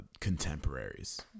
contemporaries